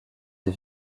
des